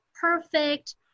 perfect